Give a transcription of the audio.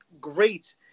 great